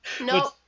No